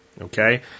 Okay